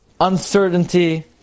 uncertainty